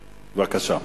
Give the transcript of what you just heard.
בבקשה.